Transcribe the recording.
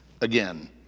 again